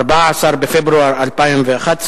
14 בפברואר 2011,